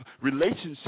relationships